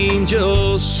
Angels